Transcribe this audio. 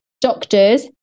doctors